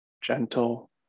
gentle